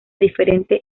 diferente